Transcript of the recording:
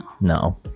No